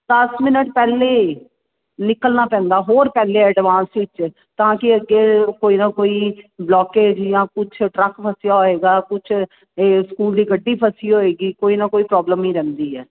ਦਸ ਮਿਨਟ ਪਹਿਲਾਂ ਨਿਕਲਣਾ ਪੈਂਦਾ ਹੋਰ ਪਹਿਲਾਂ ਐਡਵਾਂਸ ਵਿੱਚ ਤਾਂ ਕਿ ਅੱਗੇ ਕੋਈ ਨਾ ਕੋਈ ਬਲੋਕੇਜ ਜਾਂ ਕੁਛ ਟਰੱਕ ਫਸਿਆ ਹੋਏਗਾ ਕੁਛ ਸਕੂਲ ਦੀ ਗੱਡੀ ਫਸੀ ਹੋਏਗੀ ਕੋਈ ਨਾ ਕੋਈ ਪ੍ਰੋਬਲਮ ਹੀ ਰਹਿੰਦੀ ਹੈ